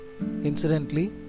incidentally